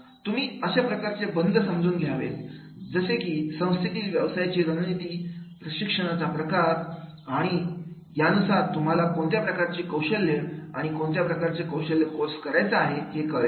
तुम्ही अशा प्रकारचं बंध समजून घ्यावेत जसे की संस्थेतील व्यवसायाची रणनीती प्रशिक्षणाचा प्रकार आणि यानुसार तुम्हाला कोणत्या प्रकारचे कौशल्य आणि कोणत्या प्रकारचा कौशल्याचा कोर्स करायचा आहे हे कळेल